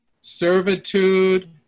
servitude